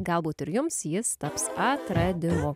galbūt ir jums jis taps atradimu